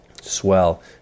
swell